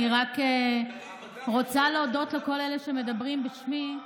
אני רק רוצה להודות לכל אלה שמדברים בשמי.